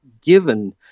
given